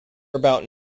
about